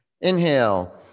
Inhale